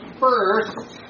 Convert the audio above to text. first